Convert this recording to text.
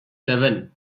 seven